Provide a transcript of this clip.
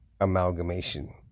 Amalgamation